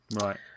Right